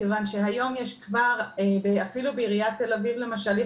מכיוון שאפילו בעיריית תל-אביב למשל,